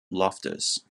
loftus